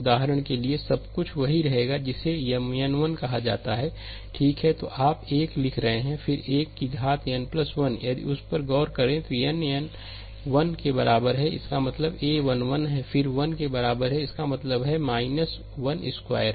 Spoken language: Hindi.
उदाहरण के लिए सब कुछ वही रहेगा जिसे Mn 1 कहा जाता है ठीक है तो आप एक 1 लिख रहे हैं फिर 1 की घात n 1यदि आप उस पर गौर करते हैं तो nn 1 के बराबर है इसका मतलब हैa1 1 है 1 के बराबर है इसका मतलब यह है 1 स्क्वायर